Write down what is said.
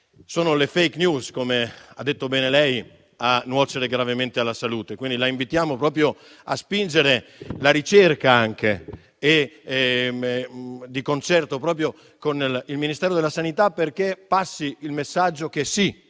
Sono le *fake news,* come ha detto lei, a nuocere gravemente alla salute, quindi la invitiamo proprio a spingere la ricerca, di concerto con il Ministero della salute, affinché passi il messaggio che è